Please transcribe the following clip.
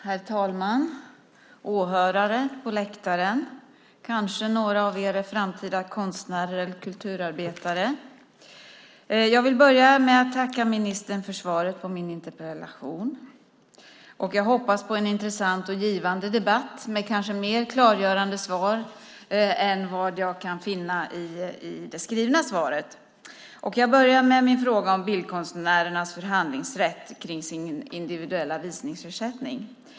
Herr talman! Åhörare på läktaren! Kanske några av er är framtida konstnärer eller kulturarbetare. Jag vill börja med att tacka ministern för svaret på min interpellation. Jag hoppas på en intressant och givande debatt med kanske mer klargörande svar än vad jag kan finna i det skrivna svaret. Jag börjar med min fråga om bildkonstnärernas förhandlingsrätt när det gäller deras individuella visningsersättning.